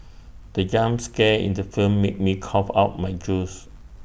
the jump scare in the film made me cough out my juice